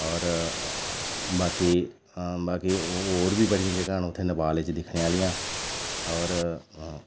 और बाकी हां बाकी हो बी बड़ियां जगह्ं न उत्थै नेपाल च दिक्खने आहलियां और